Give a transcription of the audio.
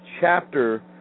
chapter